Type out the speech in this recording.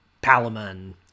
Palamon